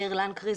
מאיר לנקרי,